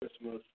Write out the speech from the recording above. Christmas